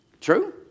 True